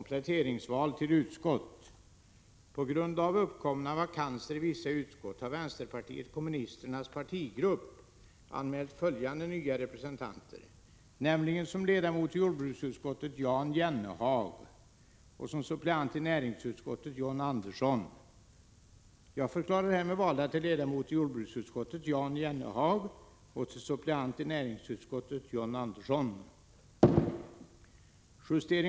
På grund av uppkomna vakanser i vissa utskott har vänsterpartiet kommunisternas partigrupp anmält följande nya representanter, nämligen som ledamot i jordbruksutskottet Jan Jennehag och som suppleant i näringsutskottet John Andersson.